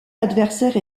adversaire